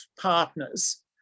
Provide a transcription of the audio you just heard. partners